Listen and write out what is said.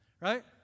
right